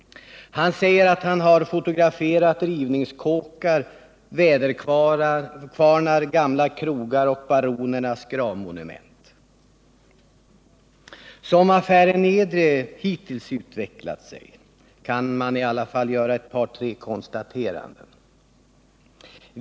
Han säger att han har fotograferat rivningskåkar, väderkvarnar, gamla krogar och ”baronernas gravmonument”. Som affären Niedre hittills utvecklat sig kan man i alla fall göra ett par konstateranden.